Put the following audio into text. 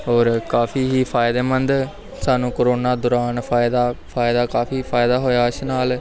ਔਰ ਕਾਫੀ ਹੀ ਫਾਇਦੇਮੰਦ ਸਾਨੂੰ ਕਰੋਨਾ ਦੌਰਾਨ ਫਾਇਦਾ ਫਾਇਦਾ ਕਾਫੀ ਫਾਇਦਾ ਹੋਇਆ ਇਸ ਨਾਲ